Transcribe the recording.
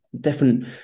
different